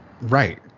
Right